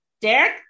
Derek